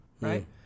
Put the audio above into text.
right